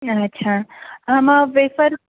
अच्छा हां मग वेफर